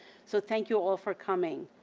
so, thank you all for coming.